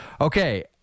Okay